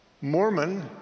Mormon